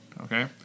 okay